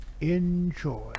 enjoy